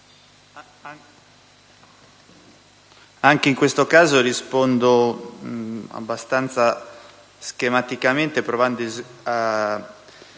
anche in questo caso rispondo, abbastanza schematicamente, provando ad